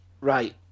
Right